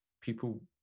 people